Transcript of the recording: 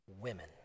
women